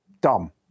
Dumb